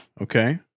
Okay